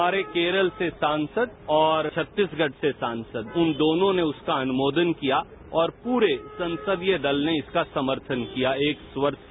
हमारे केरल से सांसद और छत्तीसगढ़ से सांसद उन दोनों ने उसका अनुमोदन किया और पूरे संसदीय दल ने इसका समर्थन किया एक स्वर से